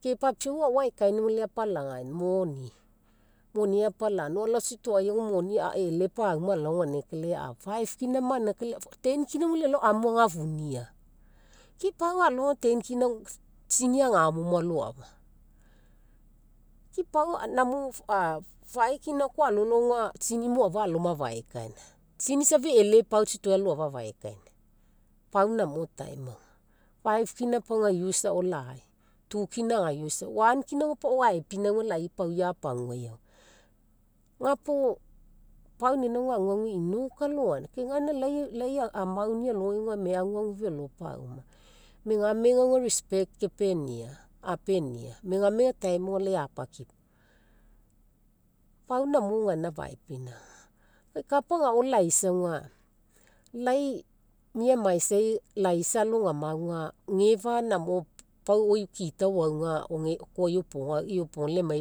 ke papiau ao aekainia apalagaina, moni. Moniai apalagaina, or alao tsitoai moni eele pauma alao ganinagai kai five kina ma ganinagai, ten kina auga alao amu agafunia. Ke pau alogai ten kina tsini agaomo mo aloafa, ke pau namo five kina koa alolao auga tsini moafa aloma afaekaina. Tsini safa eele pau tsitoai aloafa afaekaina. pau namo time auga, five kina ega use ao lai two kina ega use one kina auga pau ao aepinauga mo lai ia pagauai auga. Ga puo, pau inaina aguagu einoka alogaina ke gaina lai amaunii alogai auga emai aguagu felo pauma, megamega respect kepenia, apenia megamega time lai apakipo pau gamo gaina afaepinauga. Kai kapa agao laisa auga, lai miamaisai laisa alogama auga gefa gamo pau oi guitar oauga ogefa iopoga